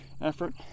effort